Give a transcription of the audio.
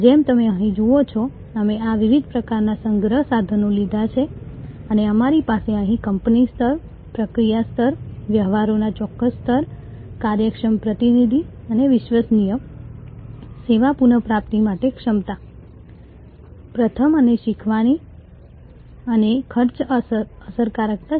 જેમ તમે અહીં જુઓ છો અમે આ વિવિધ પ્રકારનાં સંગ્રહ સાધનો લીધાં છે અને અમારી પાસે અહીં કંપની સ્તર પ્રક્રિયા સ્તર વ્યવહારો ના ચોક્કસ સ્તર કાર્યક્ષમ પ્રતિનિધિ અને વિશ્વસનીય સેવા પુનઃપ્રાપ્તિ માટે ક્ષમતા પ્રથમ અને શીખવાની અને ખર્ચ અસરકારકતા છે